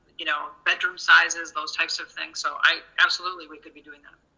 you know bedroom sizes, those types of things. so i, absolutely we could be doing that.